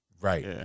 Right